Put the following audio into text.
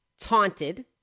taunted